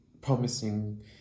promising